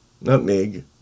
Nutmeg